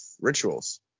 rituals